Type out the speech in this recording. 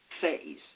phase